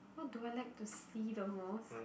what do I like to see the most